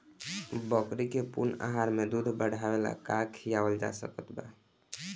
बकरी के पूर्ण आहार में दूध बढ़ावेला का खिआवल जा सकत बा?